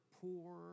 poor